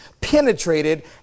penetrated